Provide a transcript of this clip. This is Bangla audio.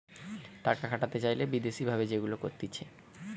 টাকা খাটাতে চাইলে বিদেশি ভাবে যেগুলা করতিছে